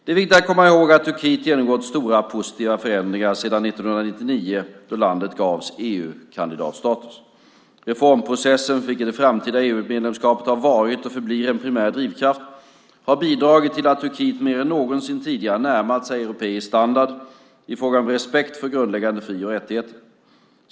Det är viktigt att komma ihåg att Turkiet genomgått stora positiva förändringar sedan 1999 då landet gavs EU-kandidatstatus. Reformprocessen, för vilken det framtida EU-medlemskapet har varit och förblir en primär drivkraft, har bidragit till att Turkiet mer än någonsin tidigare närmat sig europeisk standard i fråga om respekt för grundläggande fri och rättigheter.